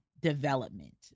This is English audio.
development